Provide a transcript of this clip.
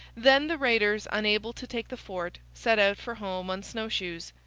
then the raiders, unable to take the fort, set out for home on snow-shoes.